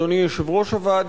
אדוני יושב-ראש הוועדה,